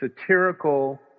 satirical